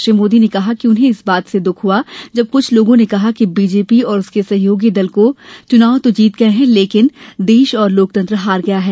श्री मोदी ने कहा कि उन्हें इस बात से दुख हुआ जब कुछ लोगों ने कहा कि बीजेपी और उसके सहयोगी दल तो चुनाव जीत गए हैं लेकिन देश और लोकतंत्र हार गया है